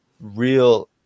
real